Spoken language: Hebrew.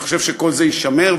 אני חושב שכל זה יישמר,